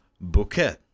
bouquet